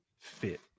fit